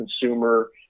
consumer